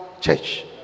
church